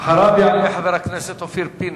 אחריו יעלה חבר הכנסת אופיר פינס.